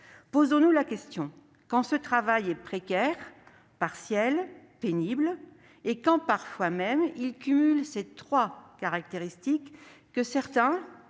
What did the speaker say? Posons-nous la question. Quand ce travail est précaire, partiel, pénible- parfois même il cumule ces trois caractéristiques -pour certains,